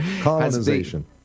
Colonization